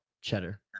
Cheddar